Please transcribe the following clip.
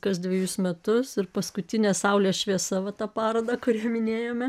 kas dvejus metus ir paskutinė saulės šviesa va tą parodą kurią minėjome